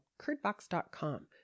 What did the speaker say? Curdbox.com